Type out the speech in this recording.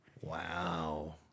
Wow